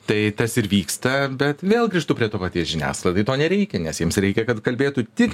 tai tas ir vyksta bet vėl grįžtu prie to paties žiniasklaidai to nereikia nes jiems reikia kad kalbėtų tik